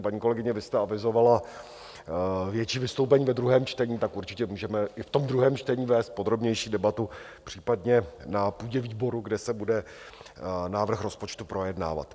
Paní kolegyně, vy jste avizovala větší vystoupení ve druhém čtení, tak určitě můžeme i v tom druhém čtení vést podrobnější debatu, případně na půdě výboru, kde se bude návrh rozpočtu projednávat.